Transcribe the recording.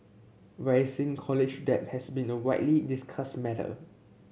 rising college debt has been a widely discussed matter